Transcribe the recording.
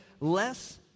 less